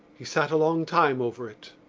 he sat a long time over it.